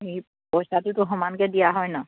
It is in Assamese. এই পইচাটোতো সমানকে দিয়া হয় ন